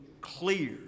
clear